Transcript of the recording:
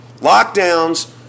Lockdowns